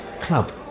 Club